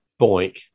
boink